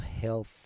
health